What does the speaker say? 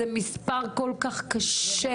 זה מספר כל כך קשה.